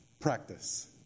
practice